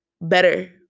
better